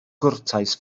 gwrtais